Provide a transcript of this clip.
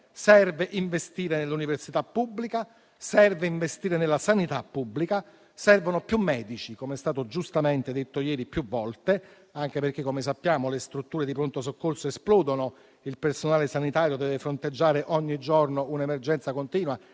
serve investire nell'università pubblica e nella sanità pubblica. Servono più medici, com'è stato giustamente detto ieri più volte, anche perché - come sappiamo - le strutture di pronto soccorso esplodono, il personale sanitario deve fronteggiare ogni giorno un'emergenza continua